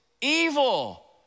evil